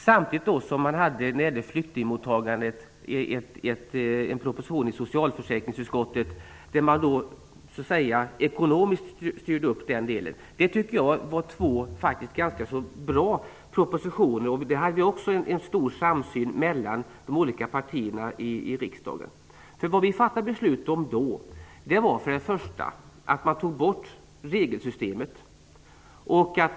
Samtidigt kom det en proposition om flyktingmottagandet till socialförsäkringsutskottet där man ekonomiskt styrde upp det hela. Jag tycker att det var två ganska bra propositioner. Det fanns en stor samsyn om detta mellan de olika partierna i riksdagen. Då fattade vi beslut om att man skulle ta bort regelsystemet.